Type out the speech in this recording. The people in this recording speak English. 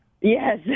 Yes